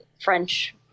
French